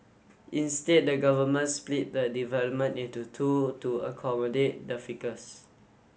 instead the government split the development in to two to accommodate the ficus